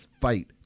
fight